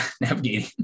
navigating